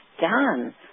done